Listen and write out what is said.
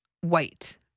white